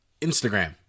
Instagram